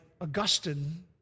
Augustine